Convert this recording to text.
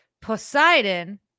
Poseidon